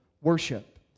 worship